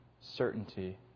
certainty